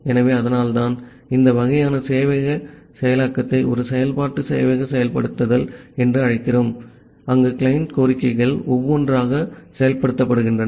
ஆகவே அதனால்தான் இந்த வகையான சேவையக செயலாக்கத்தை ஒரு செயல்பாட்டு சேவையக செயல்படுத்தல் என்று அழைக்கிறோம் அங்கு கிளையன்ட் கோரிக்கைகள் ஒவ்வொன்றாக செயல்படுத்தப்படுகின்றன